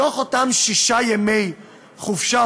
מתוך אותם שישה ימי חופשה,